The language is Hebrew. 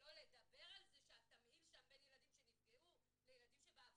שלא לדבר על זה שהתמהיל שם בין ילדים שנפגעו לילדים שבעבריינות,